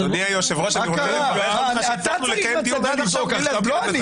אתה צריך לצאת ולזעוק, לא אני.